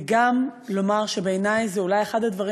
וגם לומר שבעיני זה אולי אחד הדברים